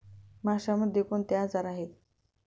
माशांमध्ये कोणते आजार आहेत?